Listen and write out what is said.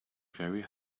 very